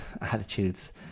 attitudes